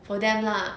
for them lah